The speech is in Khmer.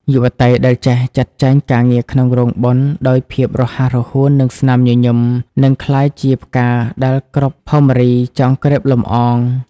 យុវតីដែលចេះ "ចាត់ចែងការងារក្នុងរោងបុណ្យ" ដោយភាពរហ័សរហួន និងស្នាមញញឹម នឹងក្លាយជាផ្កាដែលគ្រប់ភមរីចង់ក្រេបលំអង។